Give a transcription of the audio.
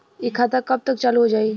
इ खाता कब तक चालू हो जाई?